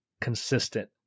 consistent